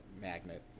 magnet